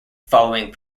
following